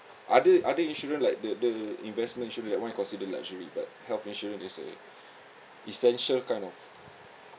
other other insurance like the the investment insurance that one considered luxury but health insurance is a essential kind of